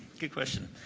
good question.